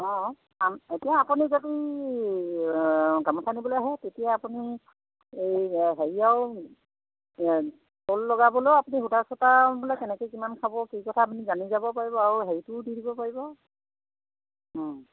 অঁ এতিয়া আপুনি যদি গামোচা নিবলৈ আহে তেতিয়া আপুনি এই হেৰিয়াও এই শ্বল লগাবলৈয়ো আপুনি সূতা চূতা বোলে কেনেকৈ কিমান খাব কি কথা আপুনি জানি যাব পাৰিব আৰু হেৰিটোও দি দিব পাৰিব অঁ